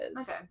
Okay